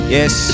Yes